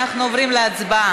אנחנו עוברים להצבעה,